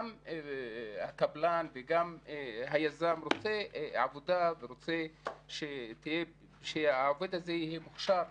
הקבלן וגם היזם רוצים עבודה ורוצים שהעובד הזה יהיה מוכשר.